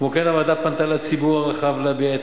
כמו כן פנתה הוועדה לציבור הרחב להביע את